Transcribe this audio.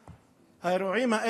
חרדים,